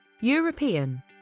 European